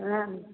नहि